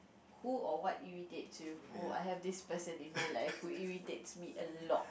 who or what irritates you oh I have this person in my life who irritates me a lot